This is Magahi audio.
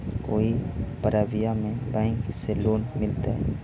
कोई परबिया में बैंक से लोन मिलतय?